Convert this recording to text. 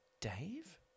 Dave